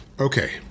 Okay